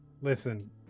listen